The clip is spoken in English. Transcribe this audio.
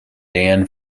dan